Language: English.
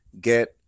get